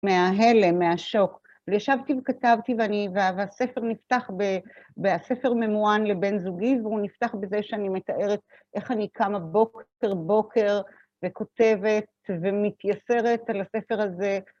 מההלם, מהשוק, ישבתי וכתבתי, והספר נפתח והספר ממוען לבן זוגי והוא נפתח בזה שאני מתארת איך אני קמה בוקר בוקר וכותבת ומתייסרת על הספר הזה.